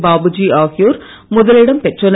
பாபுஜி ஆகியோர் முதலிடம் பெற்றனர்